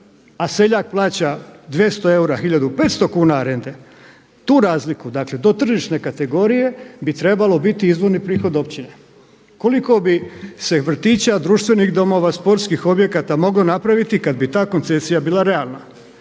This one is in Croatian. a seljak plaća 200 eura 1500 kuna rente tu razliku dakle do tržišne kategorije bi trebalo biti izvorni prihod općina. Koliko bi se vrtića, društvenih domova, sportskih objekata moglo napraviti kad bi ta koncesija bila realna?